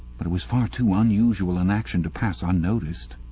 but it was far too unusual an action to pass unnoticed.